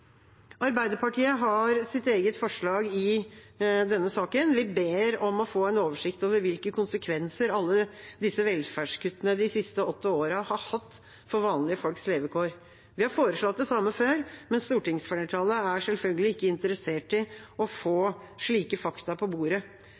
Arbeiderpartiet har sitt eget forslag i denne saken. Vi ber om å få en oversikt over hvilke konsekvenser alle disse velferdskuttene de siste åtte årene har hatt for vanlige folks levekår. Vi har foreslått det samme før, men stortingsflertallet er selvfølgelig ikke interessert i å få